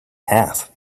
half